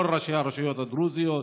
כל ראשי הרשויות הדרוזיות,